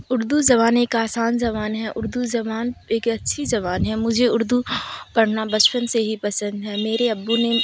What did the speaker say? اردو زبان ایک آسان زبان ہے اردو زبان ایک اچھی زبان ہے مجھے اردو پڑھنا بچپن سے ہی پسند ہے میرے ابو نے